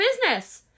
business